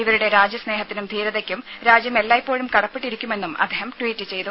ഇവരുടെ രാജ്യ സ്നേഹത്തിനും ധീരതയ്ക്കും രാജ്യം എല്ലായ്പോഴും കടപ്പെട്ടിരിക്കുമെന്നും അദ്ദേഹം ട്വീറ്റ് ചെയ്തു